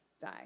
die